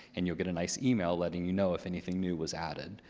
and you'll get a nice email letting you know if anything new was added.